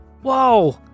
Whoa